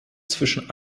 zwischen